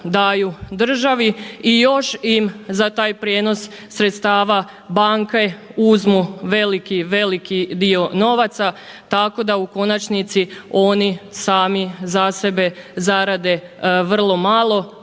daju državi i još im za taj prijenos sredstava banke uzmu veliki, veliki dio novaca tako da u konačnici oni sami za sebe zarade vrlo malo,